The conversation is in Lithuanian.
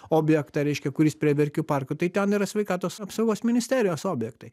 objektą reiškia kuris prie verkių parko tai ten yra sveikatos apsaugos ministerijos objektai